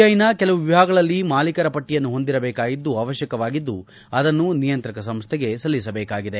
ಐನ ಕೆಲವು ವಿಭಾಗಗಳಲ್ಲಿ ಮಾಲೀಕರ ಪಟ್ಟಿಯನ್ನು ಹೊಂದಿರಬೇಕಾದ್ದು ಅವಶ್ಯಕವಾಗಿದ್ದು ಅದನ್ನು ನಿಯಂತ್ರಕ ಸಂಸ್ಟೆಗೆ ಸಲ್ಲಿಸಬೇಕಾಗಿದೆ